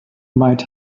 might